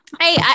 Hey